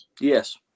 Yes